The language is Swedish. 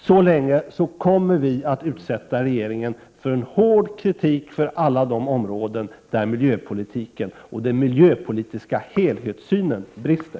Så länge denna finns kommer vi att utsätta regeringen för en hård kritik på alla de områden där miljöpolitiken och den miljöpolitiska helhetssynen brister.